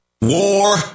WAR